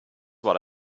what